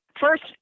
First